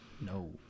No